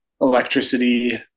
electricity